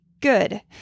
good